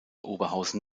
oberhausen